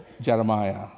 Jeremiah